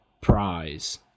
Prize